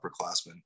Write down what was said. upperclassmen